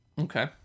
Okay